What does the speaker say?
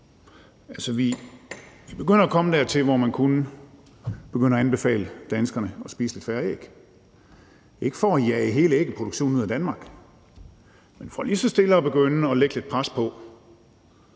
Vi begynder at komme dertil, hvor man kunne begynde at anbefale danskerne at spise lidt færre æg, ikke for at jage hele ægproduktionen ud af Danmark, men for lige så stille at begynde at lægge lidt pres på.